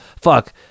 fuck